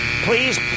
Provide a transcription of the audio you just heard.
please